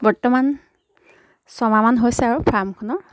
বৰ্তমান ছমাহমান হৈছে আৰু ফাৰ্মখনৰ